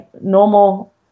normal